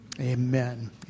amen